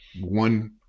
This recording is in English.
one